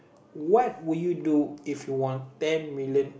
what will you do if you won ten million